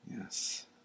Yes